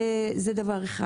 זה דבר אחד.